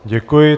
Děkuji.